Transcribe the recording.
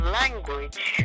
language